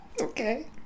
Okay